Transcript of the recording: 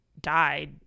died